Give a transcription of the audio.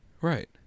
Right